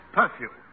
perfume